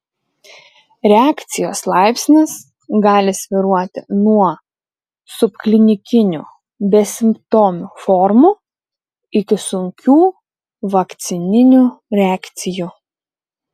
reakcijos laipsnis gali svyruoti nuo subklinikinių besimptomių formų iki sunkių vakcininių reakcijų